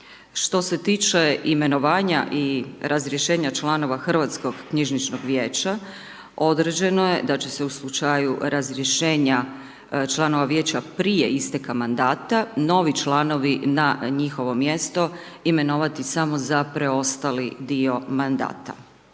Što se tiče imenovanja i razrješenja članova Hrvatskog knjižničnog vijeća, određeno je da će se u slučaju razrješenja članova vijeća prije isteka mandata, novi članovi na njihovo mjesto imenovati samo za preostali dio mandata.